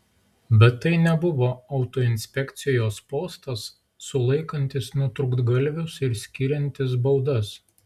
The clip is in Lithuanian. bet tai nebuvo autoinspekcijos postas sulaikantis nutrūktgalvius ir skiriantis baudas